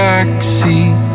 Backseat